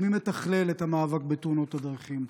מי מתכלל את המאבק בתאונות הדרכים?